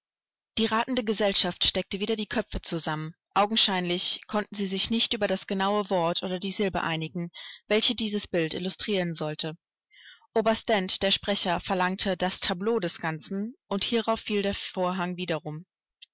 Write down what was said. die ratende gesellschaft steckte wieder die köpfe zusammen augenscheinlich konnten sie sich nicht über das genaue wort oder die silbe einigen welche dieses bild illustrieren sollte oberst dent der sprecher verlangte das tableau des ganzen und hierauf fiel der vorhang wiederum